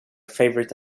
favorite